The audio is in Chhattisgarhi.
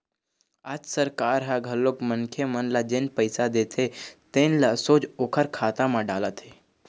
आज सरकार ह घलोक मनखे मन ल जेन पइसा देथे तेन ल सोझ ओखर खाता म डालत हे